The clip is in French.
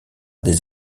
des